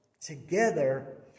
together